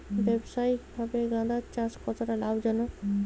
ব্যবসায়িকভাবে গাঁদার চাষ কতটা লাভজনক?